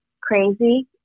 crazy